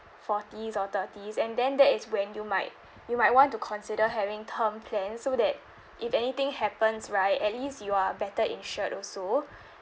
forties or thirties and then that is when you might you might want to consider having term plans so that if anything happens right at least you are better insured also